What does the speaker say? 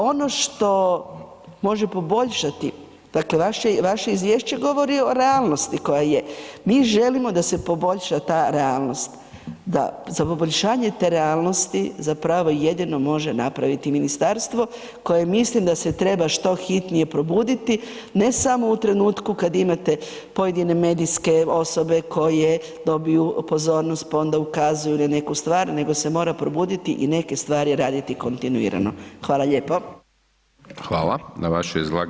Ono što može poboljšati dakle vaše izvješće govori o realnosti koja je, mi želimo da se poboljša ta realnost, da za poboljšanje te realnosti zapravo jedino može napraviti ministarstvo koje mislim da se treba što hitnije probuditi ne samo u trenutku kad imate pojedine medijske osobe koje dobiju pozornost pa onda ukazuju na neku stvar nego se mora probuditi i neke stvari raditi kontinuirano, hvala lijepo.